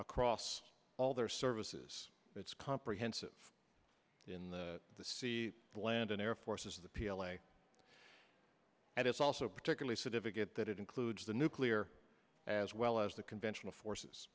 across all their services it's comprehensive in the sea land and air forces the p l a and it's also particularly certificate that it includes the nuclear as well as the conventional forces